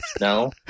No